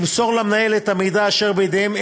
למסור למנהל את המידע אשר בידיהם,